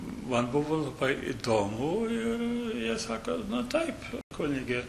man buvo labai įdomu ir jie sako na taip kunige